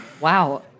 Wow